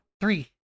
Three